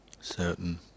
certain